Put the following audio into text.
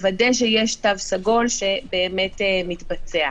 לוודא שיש תו סגול שבאמת מתבצע.